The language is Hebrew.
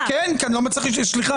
אתם מחבקים מחבלים, תתביישו לכם.